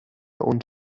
und